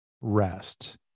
rest